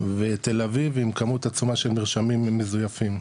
ותל אביב, עם כמות עצומה של מרשמים מזויפים.